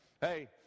Hey